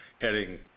heading